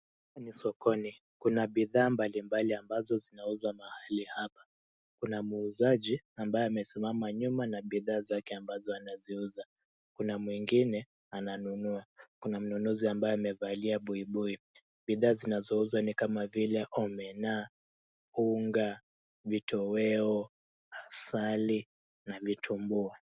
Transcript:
Hapa ni sokoni. Kuna bidhaa mbalimbali ambazo zinauzwa mahali hapa. Kuna muuzaji ambaye amesimama nyuma na bidhaa zake ambazo wanaziuza. Kuna mwingine, ananunua. Kuna mnunuzi ambaye amevalia buibui. Bidhaa zinazouzwa ni kama vile omena, unga, vitoweo, asali na vitungu.